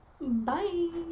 bye